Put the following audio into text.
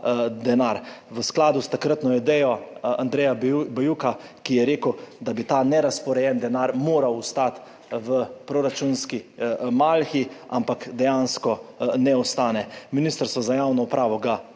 v skladu s takratno idejo Andreja Bajuka, ki je rekel, da bi ta nerazporejen denar moral ostati v proračunski malhi, ampak dejansko ne ostane. Ministrstvo za javno upravo ga deli,